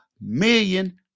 million